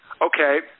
okay